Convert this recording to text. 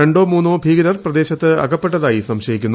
രണ്ടോ മൂന്നോ ഭീകരർ പ്രദേശത്ത് അകപ്പെട്ടതായി സംശയിക്കുന്നു